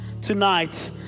tonight